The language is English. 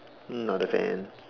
not a fan